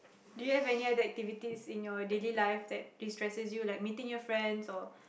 do you have any other activities in your daily life that destresses you like meeting your friends or